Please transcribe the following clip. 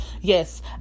yes